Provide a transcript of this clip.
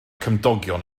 cymdogion